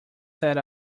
set